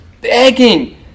begging